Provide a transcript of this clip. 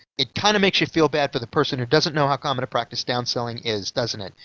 it kind of makes you feel bad for the person who doesn't know how common a practice downselling is, doesn't it?